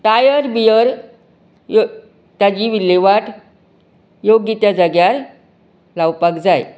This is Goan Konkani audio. टायर बियर ताजी विल्लेवाट योग्य त्या जाग्यार लावपाक जाय